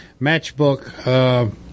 matchbook